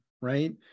right